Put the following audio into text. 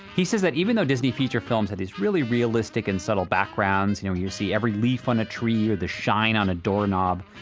he says that even though disney feature films have these really realistic and subtle backgrounds, you know, you see every leaf on a tree or the shine on a doorknob.